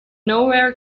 nowhere